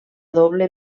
doble